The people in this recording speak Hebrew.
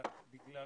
לפחד בגלל